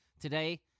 Today